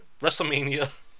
WrestleMania